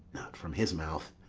not from his mouth,